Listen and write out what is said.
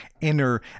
inner